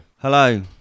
hello